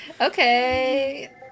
okay